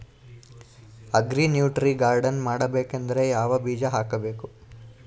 Agri nutri garden ಮಾಡಬೇಕಂದ್ರ ಯಾವ ಬೀಜ ಹಾಕಬೇಕು?